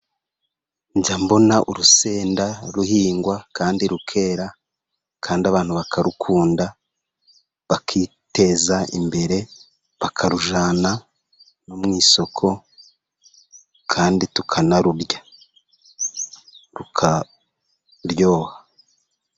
Njya mbona urusenda ruhingwa kandi rukera, kandi abantu bakarukunda bakiteza imbere, bakarujyana no mu isoko kandi tukarurya rukaryoha.